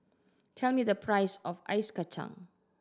tell me the price of ice kacang